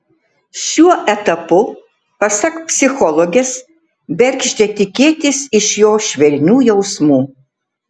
šiuo etapu pasak psichologės bergždžia tikėtis iš jo švelnių jausmų